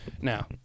Now